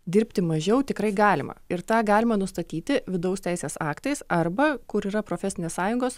dirbti mažiau tikrai galima ir tą galima nustatyti vidaus teisės aktais arba kur yra profesinės sąjungos